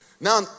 Now